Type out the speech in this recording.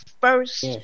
first